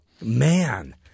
Man